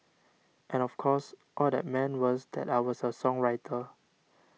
and of course all that meant was that I was a songwriter